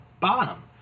bottom